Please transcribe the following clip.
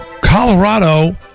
Colorado